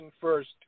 first